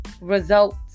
results